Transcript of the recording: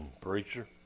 preacher